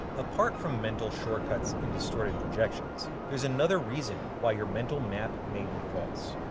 apart from mental shortcuts and distorted projections, there's another reason why your mental map may be false.